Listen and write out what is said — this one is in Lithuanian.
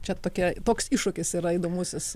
čia tokia toks iššūkis yra įdomusis